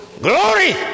glory